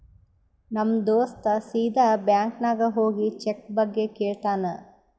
ನಮ್ ದೋಸ್ತ ಸೀದಾ ಬ್ಯಾಂಕ್ ನಾಗ್ ಹೋಗಿ ಚೆಕ್ ಬಗ್ಗೆ ಕೇಳ್ತಾನ್